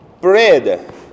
Bread